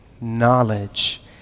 knowledge